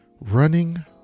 Running